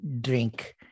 drink